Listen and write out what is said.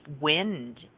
wind